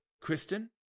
Kristen